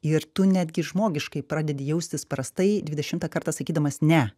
ir tu netgi žmogiškai pradedi jaustis prastai dvidešimą kartą sakydamas ne